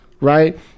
right